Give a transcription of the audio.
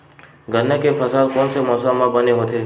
गन्ना के फसल कोन से मौसम म बने होथे?